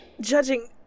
Judging